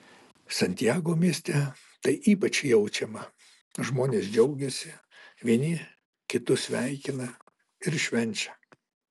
santiago mieste tai ypač jaučiama žmonės džiaugiasi vieni kitus sveikina ir švenčia